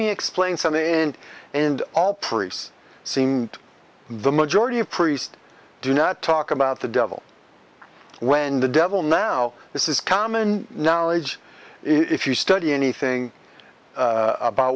me explain something and and all priests seemed the majority of priest do not talk about the devil when the devil now this is common knowledge if you study anything about